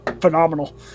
phenomenal